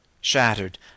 Shattered